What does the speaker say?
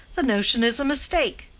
the notion is a mistake.